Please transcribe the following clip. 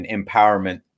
empowerment